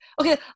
Okay